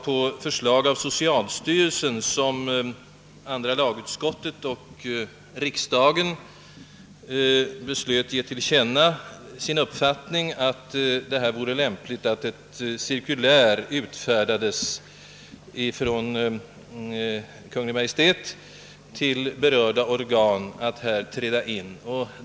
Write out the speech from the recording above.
Efter förslag av socialstyrelsen beslöt riksdagen på andra lagutskottets förslag att för Kungl. Maj:t ge till känna sin uppfattning att det vore lämpligt att ett cirkulär utfärdades genom Kungl. Maj:ts försorg om att berörda vårdorgan här borde träda in.